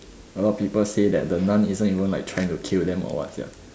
a lot of people that the nun isn't even like trying to kill them or what sia